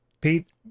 Pete